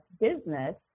business